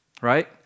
right